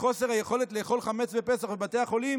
מחוסר היכולת לאכול חמץ בפסח בבתי החולים